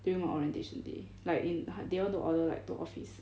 during in orientation day like in h~ they want to order like to office